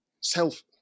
self